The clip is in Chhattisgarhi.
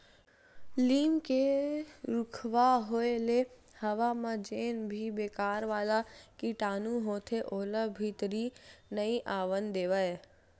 लीम के रूखवा होय ले हवा म जेन भी बेकार वाला कीटानु होथे ओला भीतरी नइ आवन देवय